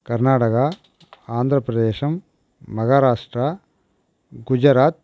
Karnataka Andhra Pradesh Maharashtra Gujarat